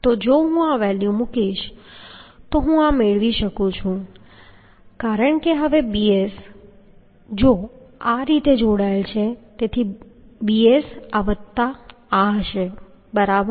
તો જો હું આ વેલ્યુ મૂકીશ તો હું આ મેળવી શકું છું કારણ કે હવે bs જો આ આ રીતે જોડાયેલ હોય છે તેથી bs આ વત્તા આ હશે બરાબર